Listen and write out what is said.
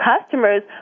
customers